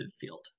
field